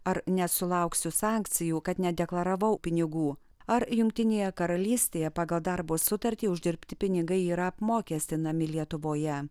ar nesulauksiu sankcijų kad nedeklaravau pinigų ar jungtinėje karalystėje pagal darbo sutartį uždirbti pinigai yra apmokestinami lietuvoje